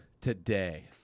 Today